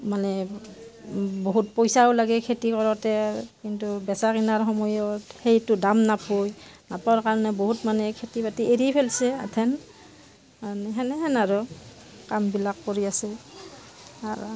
মানে বহুত পইচাও লাগে খেতি কৰোতে কিন্তু বেচা কিনাৰ সময়ত সেইটো দাম নাপায় নোপোৱাৰ কাৰণে বহুত মানে খেতি বাতি এৰি পেলাইছে এথেন সেনেহেন আৰু কামবিলাক কৰি আছোঁ আৰু